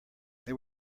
they